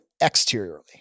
exteriorly